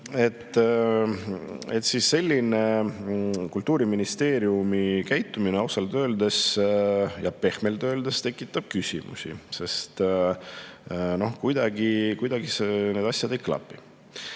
palun! Kultuuriministeeriumi selline käitumine ausalt öeldes ja pehmelt öeldes tekitab küsimusi, sest kuidagi need asjad ei klapi.